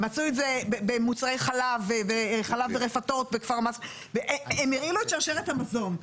מצאו את זה במוצאי חלב וחלב ברפתות והם הרעילו את שרשרת המזון,